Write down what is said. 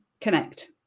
connect